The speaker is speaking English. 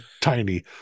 tiny